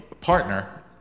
Partner